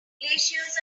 glaciers